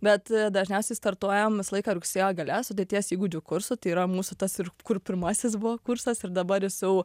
bet dažniausiai startuojam visą laiką rugsėjo gale sudėties įgūdžių kursu tai yra mūsų tas ir kur pirmasis buvo kursas ir dabar jis jau